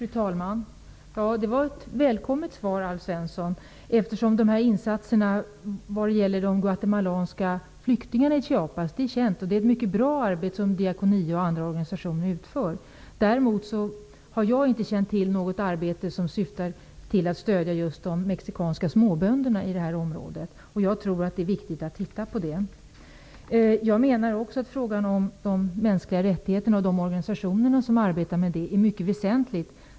Fru talman! Det var ett välkommet svar, Alf Svensson, eftersom insatserna när det gäller de guatemalanska flyktingarna i Chiapas är kända. Diakoni och andra organisationer utför ett mycket bra arbete. Däremot känner jag inte till något arbete som syftar till att stödja just de mexikanska småbönderna i detta område. Jag tror att det är viktigt att se på den saken. Jag menar också att frågan om de mänskliga rättigheterna och de organisationer som arbetar med dessa är mycket väsentlig.